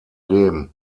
lehm